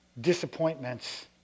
disappointments